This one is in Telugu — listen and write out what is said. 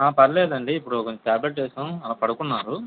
ఆ పర్వాలేదు అండి ఇప్పుడు కొంచెం టాబ్లెట్ వేసాము అలా పడుకున్నారు